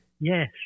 Yes